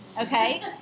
Okay